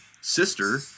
sister